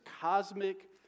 cosmic